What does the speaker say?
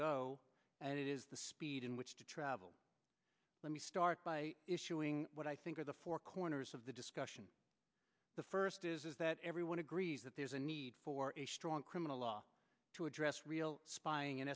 go at it is the speed in which to travel let me start by issuing what i think are the four corners of the discussion the first is that everyone agrees that there's a need for a strong criminal law to address real spying and